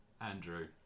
Andrew